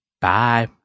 Bye